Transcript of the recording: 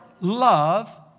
love